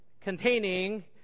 containing